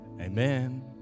Amen